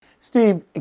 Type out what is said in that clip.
Steve